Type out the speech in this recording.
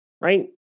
right